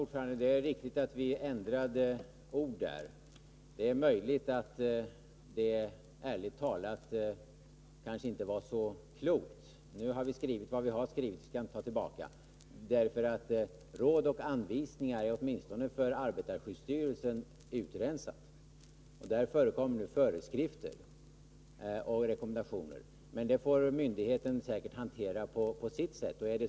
Herr talman! Det är riktigt att vi ändrade orden. Ärligt talat var det kanske inte så klokt — nu har vi skrivit det, och vi skall inte ta tillbaka det — därför att ”råd och anvisningar” har åtminstone arbetarskyddsstyrelsen rensat bort. Där förekommer nu ”föreskrifter och rekommendationer”. Men detta får myndigheterna hantera på sitt sätt.